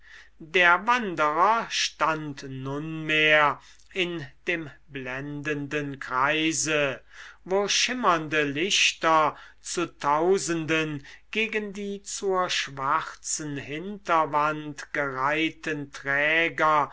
der wanderer stand nunmehr in dem blendenden kreise wo schimmernde lichter zu tausenden gegen die zur schwarzen hinterwand gereihten träger